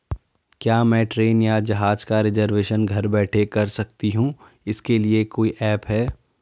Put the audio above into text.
क्या मैं ट्रेन या जहाज़ का रिजर्वेशन घर बैठे कर सकती हूँ इसके लिए कोई ऐप है?